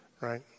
right